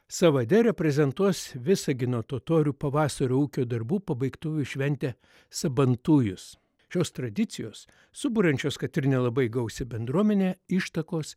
sąvade reprezentuos visagino totorių pavasario ūkio darbų pabaigtuvių šventė sabantujus šios tradicijos suburiančios kad ir nelabai gausią bendruomenę ištakos